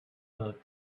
her